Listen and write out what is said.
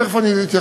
תכף אני אתייחס,